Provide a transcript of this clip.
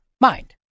mind